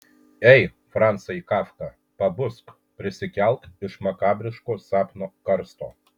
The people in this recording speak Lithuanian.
ei francai kafka pabusk prisikelk iš makabriško sapno karsto